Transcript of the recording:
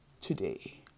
today